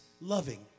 loving